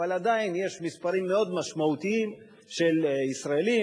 אבל עדיין יש מספרים מאוד משמעותיים של ישראלים,